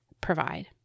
provide